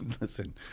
listen